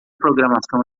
programação